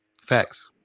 Facts